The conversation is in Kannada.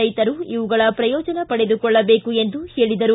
ರೈತರು ಇವುಗಳ ಪ್ರಯೋಜನ ಪಡೆದುಕೊಳ್ಳಬೇಕು ಎಂದು ಹೇಳಿದರು